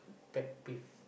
pet peeve